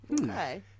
Okay